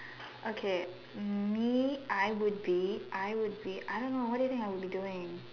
okay me I would be I would be I don't know what do you think I would be doing